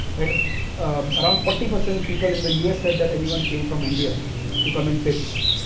um around forty percent people in the us said that anyone came from india to come and pitch,